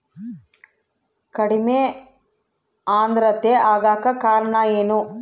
ಕಡಿಮೆ ಆಂದ್ರತೆ ಆಗಕ ಕಾರಣ ಏನು?